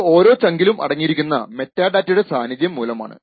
അത് ഓരോ ചങ്കിലും അടങ്ങിയിരിക്കുന്ന മെറ്റാഡേറ്റയുടെ സാനിധ്യം മൂലമാണ്